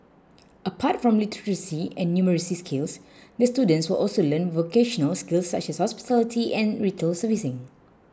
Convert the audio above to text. apart from literacy and numeracy skills the students will also learn vocational skills such as hospitality and retail servicing